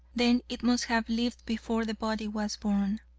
then it must have lived before the body was born.